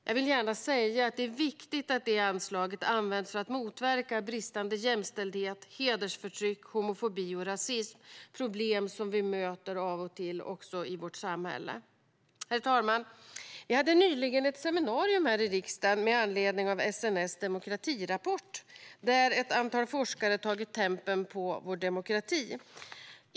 Jag vill gärna säga att det är viktigt att det anslaget används för att motverka bristande jämställdhet, hedersförtryck, homofobi och rasism - problem som vi möter av och till i vårt samhälle. Herr talman! Vi hade nyligen ett seminarium här i riksdagen med anledning av SNS demokratirapport, där ett antal forskare tagit tempen på vår demokrati.